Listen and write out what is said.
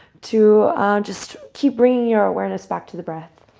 to just keep bringing your awareness back to the breath.